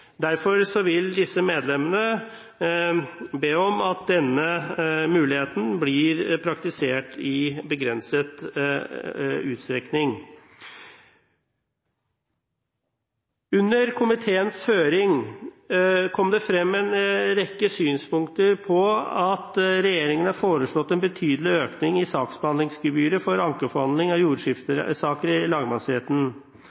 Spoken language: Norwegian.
Derfor vil disse medlemmene be om at denne muligheten blir praktisert i begrenset utstrekning. Under komiteens høring kom det frem en rekke synspunkter på at regjeringen har foreslått en betydelig økning i saksbehandlingsgebyret for ankebehandling av